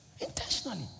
Intentionally